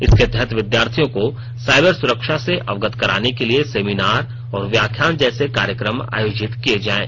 इसके तहत विद्यार्थियों को साइबर सुरक्षा से अवगत कराने के लिए सेमिनार और व्याख्यान जैसे कार्यक्रम आयोजित किए जाएं